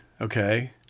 okay